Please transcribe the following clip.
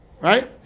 right